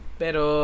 pero